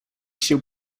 się